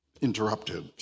interrupted